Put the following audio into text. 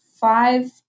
five